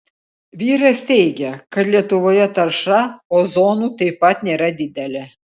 vyras teigia kad lietuvoje tarša ozonu taip pat nėra didelė